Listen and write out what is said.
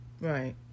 Right